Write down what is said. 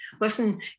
Listen